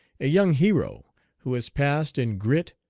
a young hero who has passed in grit,